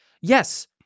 yes